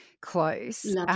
close